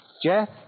Jeff